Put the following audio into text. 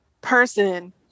person